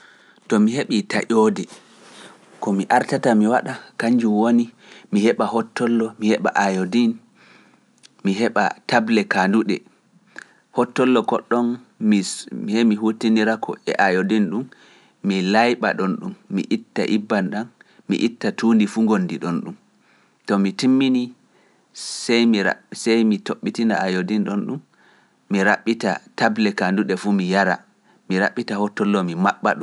To mi heɓii taƴoode, ko mi artata mi waɗa, kanjum woni mi heɓa hotollo, mi heɓa ayodin, mi heɓa table kaanduɗe, hotollo ko ɗon mi hemi huttinira ko e ayodin ɗon, mi layɓa ɗon ɗon, mi itta ibbam ɗam, mi itta tuundi fu ngondi ɗon ɗum to mi timmini sey mi ra sey mi toɓɓitina a yodin ɗon ɗum mi raɓɓita table ka ndu ɗe fu mi yara mi raɓɓita hotollo mi maɓɓa ɗum.